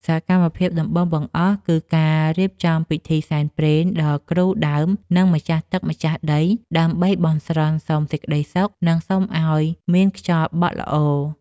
សកម្មភាពដំបូងបង្អស់គឺការរៀបចំពិធីសែនព្រេនដល់គ្រូដើម និងម្ចាស់ទឹកម្ចាស់ដី ដើម្បីបន់ស្រន់សុំសេចក្ដីសុខ និងសុំឱ្យមានខ្យល់បក់ល្អ។